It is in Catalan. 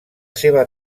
seva